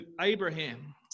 Abraham